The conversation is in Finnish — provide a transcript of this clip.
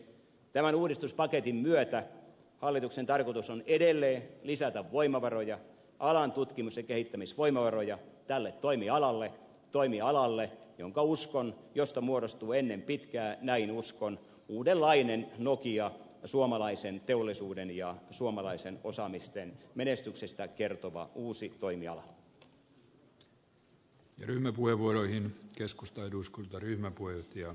tämän uudistuspaketin myötä hallituksen tarkoitus on edelleen lisätä voimavaroja alan tutkimus ja kehittämisvoimavaroja tälle toimialalle josta uskon muodostuvan ennen pitkää uudenlainen nokia suomalaisen teollisuuden ja suomalaisen osaamisen menestyksestä kertova uusi toimiala